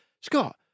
Scott